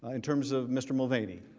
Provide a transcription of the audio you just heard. in terms of mr. mulvaney.